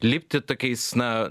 lipti tokiais na